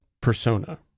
persona